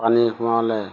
পানী সোমালে